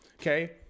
Okay